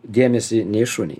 dėmesį ne į šunį